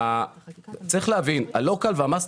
צריך להבין, ה-local וה-master